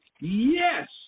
Yes